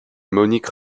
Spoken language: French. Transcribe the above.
monique